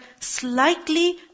slightly